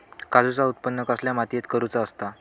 काजूचा उत्त्पन कसल्या मातीत करुचा असता?